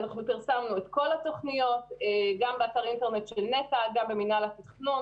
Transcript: פרסמנו את כל התוכניות גם באתר האינטרנט של נת"ע וגם במינהל התכנון.